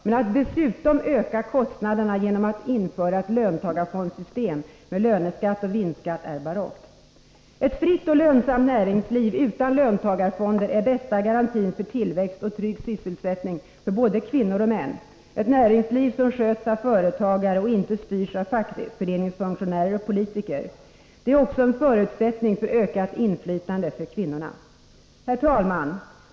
Men att dessutom öka kostnaderna genom att införa ett löntagarfondssystem med löneskatt och vinstskatt är barockt. Ett fritt och lönsamt näringsliv utan löntagarfonder är bästa garantin för tillväxt och trygg sysselsättning för både kvinnor och män. Det är ett näringsliv som sköts av företagare och inte styrs av fackföreningsfunktionärer och politiker. Ett sådant näringsliv är också en förutsättning för ökat inflytande för kvinnorna. Herr talman!